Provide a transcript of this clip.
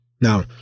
Now